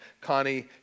Connie